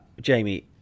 Jamie